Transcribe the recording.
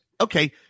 okay